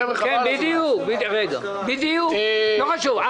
שר התחבורה והבטיחות בדרכים בצלאל סמוטריץ': אם אפשר לא אז לא.